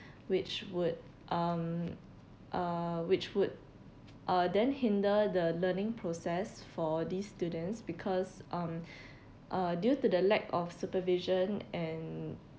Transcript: which would um uh which would uh then hinder the learning process for these students because um uh due to the lack of supervision and